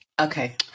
Okay